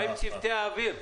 מה עם צוותי האוויר?